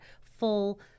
full